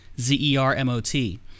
Z-E-R-M-O-T